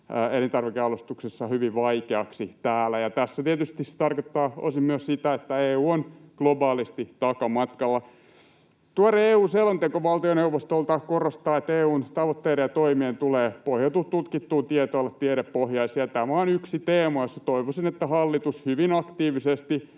elintarvikejalostuksessa hyvin vaikeaksi täällä — ja tässä tietysti se tarkoittaa osin myös sitä, että EU on globaalisti takamatkalla. Tuore EU-selonteko valtioneuvostolta korostaa, että EU:n tavoitteiden ja toimien tulee pohjautua tutkittuun tietoon, olla tiedepohjaisia, ja tämä on yksi teemoista. Toivoisin, että hallitus hyvin aktiivisesti